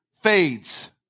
fades